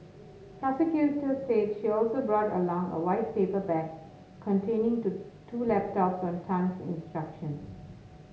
prosecutor said she also brought along a white paper bag containing the two laptops on Tan's instructions